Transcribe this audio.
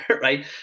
right